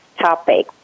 topic